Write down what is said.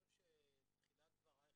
חושב שתחילת דברייך